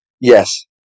Yes